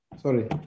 Sorry